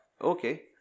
Okay